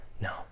No